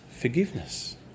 forgiveness